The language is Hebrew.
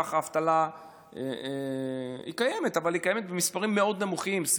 וכך האבטלה היא קיימת אבל היא קיימת במספרים מאוד נמוכים,